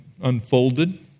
unfolded